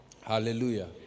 Hallelujah